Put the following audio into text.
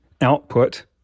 output